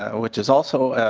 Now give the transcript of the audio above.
which is also a